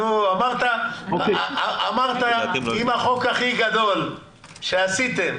אמרת, אם החוק הכי גדול שעשיתם